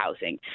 housing